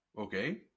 Okay